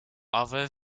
other